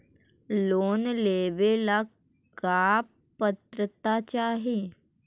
Loan लेवेला का पात्रता चाही?